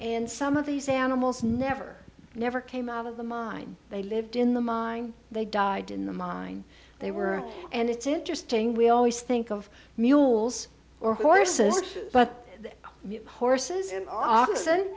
and some of these animals never never came out of the mine they lived in the mine they died in the mine they were and it's interesting we always think of mules or horses but horses